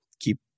keep